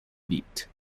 beat